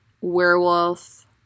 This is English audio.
werewolf